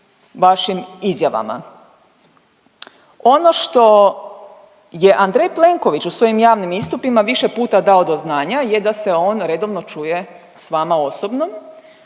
vašim izjavama. Ono što je Andrej Plenković u svojim javnim istupima više puta dao do znanja je da se on redovno čuje s vama osobno.